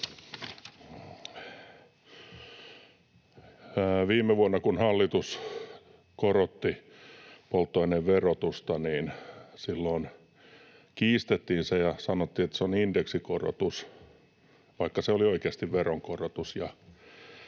Viime vuonna, kun hallitus korotti polttoaineen verotusta, kiistettiin se ja sanottiin, että se on indeksikorotus, vaikka se oli oikeasti veronkorotus.